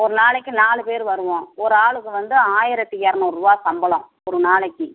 ஒரு நாளைக்கு நாலு பேர் வருவோம் ஒரு ஆளுக்கு வந்து ஆயிரத்து இரநூறுவா சம்பளம் ஒரு நாளைக்கு